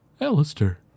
Alistair